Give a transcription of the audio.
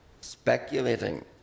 speculating